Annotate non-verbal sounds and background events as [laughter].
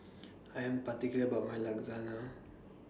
I'm particular about My [unintelligible]